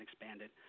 expanded